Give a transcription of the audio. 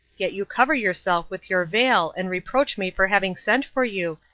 yet you cover yourself with your veil and reproach me for having sent for you,